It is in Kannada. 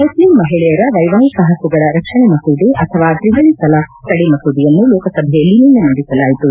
ಮುಷ್ಲಿಂ ಮಹಿಳೆಯರ ವ್ಲೆವಾಹಿಕ ಹಕ್ಕುಗಳ ರಕ್ಷಣೆ ಮಸೂದೆ ಅಥವಾ ತ್ರಿವಳಿ ತಲಾಖ್ ತಡೆ ಮಸೂದೆಯನ್ನು ಲೋಕಸಭೆಯಲ್ಲಿ ನಿನ್ನೆ ಮಂಡಿಸಲಾಯಿತು